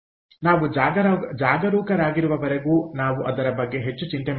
ಆದ್ದರಿಂದ ನಾವು ಜಾಗರೂಕರಾಗಿರುವವರೆಗೂ ನಾವು ಅದರ ಬಗ್ಗೆ ಹೆಚ್ಚು ಚಿಂತೆ